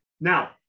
Now